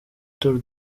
tour